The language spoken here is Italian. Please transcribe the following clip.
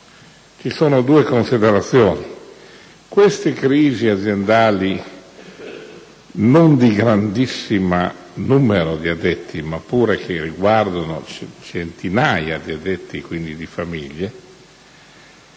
solo due considerazioni. Queste crisi aziendali che non coinvolgono un grandissimo numero di addetti, ma che pure riguardano centinaia di addetti, e quindi di famiglie,